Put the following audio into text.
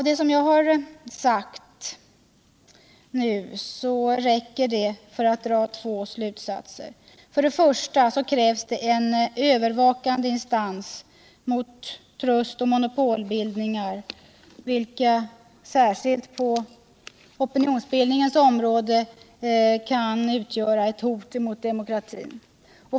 Det hittills anförda torde räcka för två slutsatser: För det första krävs det en övervakande instans mot trustoch monopolbildningar, vilka särskilt på opinionsbildningens område kan utgöra ett hot mot demokratin.